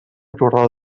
torró